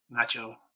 Nacho